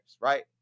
Right